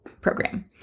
program